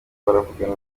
baravugana